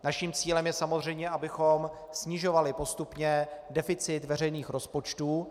Naším cílem je samozřejmě, abychom snižovali postupně deficit veřejných rozpočtů.